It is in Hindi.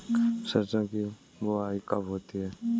सरसों की बुआई कब होती है?